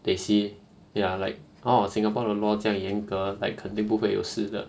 they see ya like orh singapore 的 law 将严格 like 肯定不会有事的